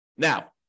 Now